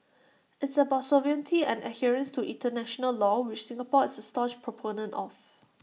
it's about sovereignty and adherence to International law which Singapore is A staunch proponent of